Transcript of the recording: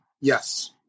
Yes